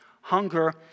hunger